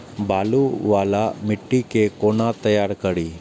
बालू वाला मिट्टी के कोना तैयार करी?